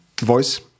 voice